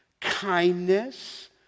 kindness